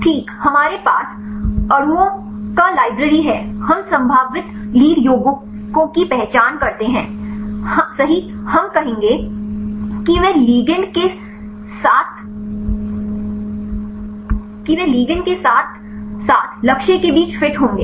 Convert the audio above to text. ठीक हमारे पास अणुओं का लाइब्रेरी है हम संभावित लीड यौगिकों की पहचान करते हैं हम सही कहेंगे कि वे लिगैंड के साथ साथ लक्ष्य के बीच फिट होंगे